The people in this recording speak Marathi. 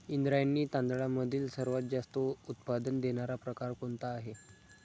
इंद्रायणी तांदळामधील सर्वात जास्त उत्पादन देणारा प्रकार कोणता आहे?